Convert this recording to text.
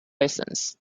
lessons